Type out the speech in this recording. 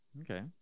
okay